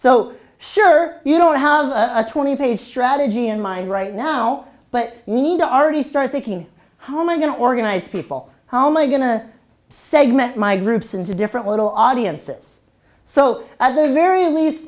so sure you don't have a twenty page strategy in mind right now but you need to already start thinking how am i going to organize people how am i going to segment my groups into different little audiences so as the very least